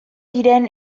diren